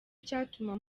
icyatuma